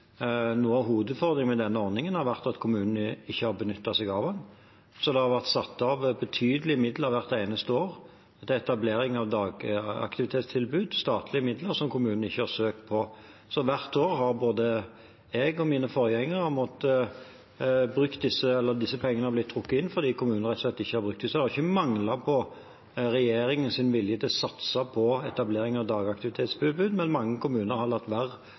Noe av hovedutfordringen med denne ordningen har vært at kommunene ikke har benyttet seg av den. Det har vært satt av betydelige midler hvert eneste år til etablering av dagaktivitetstilbud, statlige midler som kommunene ikke har søkt på. Hvert år har disse pengene blitt trukket inn fordi kommunene rett og slett ikke har brukt dem. Det har ikke manglet på regjeringens vilje til å satse på etablering av dagaktivitetstilbud, men mange kommuner har latt være